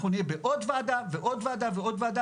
אנחנו נהיה בעוד ועדה ועוד ועדה ועוד ועדה